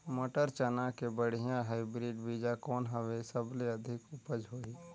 मटर, चना के बढ़िया हाईब्रिड बीजा कौन हवय? सबले अधिक उपज होही?